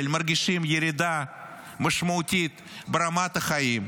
מרגישים ירידה משמעותית ברמת החיים,